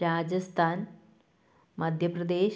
Rajasthan Madhya Pradesh